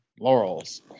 laurels